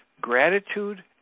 gratitude